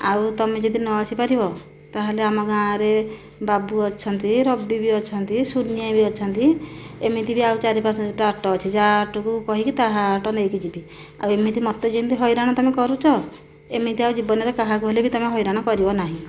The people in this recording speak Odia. ଆଉ ତୁମେ ଯଦି ନ ଆସିପାରିବ ତାହେଲେ ଆମ ଗାଁରେ ବାବୁ ଅଛନ୍ତି ରବି ବି ଅଛନ୍ତି ସୁନିଆ ବି ଅଛନ୍ତି ଏମିତି ବି ଆଉ ଚାରି ପାଞ୍ଚଟା ଅଟୋ ଅଛି ଯାହା ଅଟୋକୁ କହିକି ତାହା ଅଟୋ ନେଇକି ଯିବି ଆଉ ଏମିତି ମୋତେ ଯେମିତି ହଇରାଣ ତୁମେ କରୁଛ ଏମିତି ଆଉ ଜୀବନରେ କାହାକୁ ହେଲେବି ତୁମେ ହଇରାଣ କରିବ ନାହିଁ